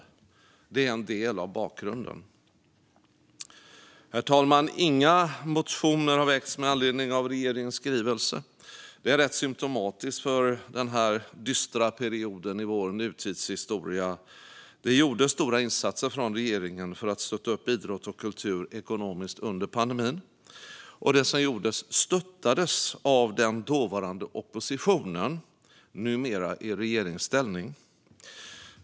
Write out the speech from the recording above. Detta är en del av bakgrunden. Herr talman! Inga motioner har väckts med anledning av regeringens skrivelse. Det är rätt symtomatiskt för denna dystra period i vår nutidshistoria. Det gjordes stora insatser från regeringen för att stötta idrott och kultur ekonomiskt under pandemin. Det som gjordes stöttades av den dåvarande oppositionen, som numera är i regeringsställning.